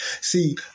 See